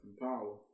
power